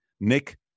Nick